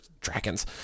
dragons